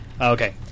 Okay